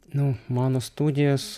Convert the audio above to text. nu mano studijos